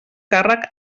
càrrec